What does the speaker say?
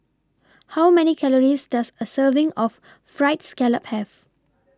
How Many Calories Does A Serving of Fried Scallop Have